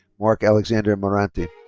mark alexander marante.